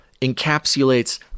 encapsulates